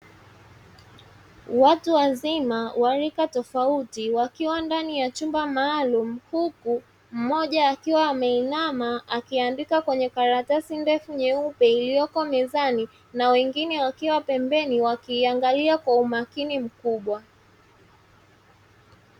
Watu wazima wa rika tofauti wakiwa ndani ya chumba maalumu, huku mmoja akiwa ameinama akiandika kwenye karatasi ndefu nyeupe iliyoko mezani na wengine wakiwa pembeni wakiiangalia kwa umakini mkubwa.